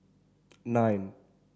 nine